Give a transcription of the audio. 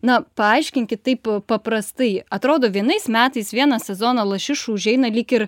na paaiškinkit taip paprastai atrodo vienais metais vieną sezoną lašišų užeina lyg ir